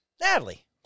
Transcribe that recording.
Natalie